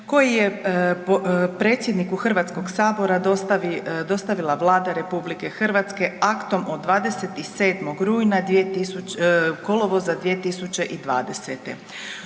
koji je predsjedniku Hrvatskog sabora dostavila Vlada RH aktom od 27. rujna, kolovoza 2020.